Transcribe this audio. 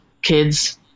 kids